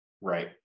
Right